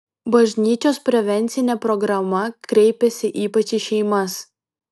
bažnyčios prevencinė programa kreipiasi ypač į šeimas